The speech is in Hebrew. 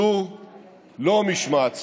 זו לא משמעת ציבורית.